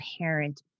parent